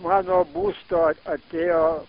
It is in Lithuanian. mano būsto atėjo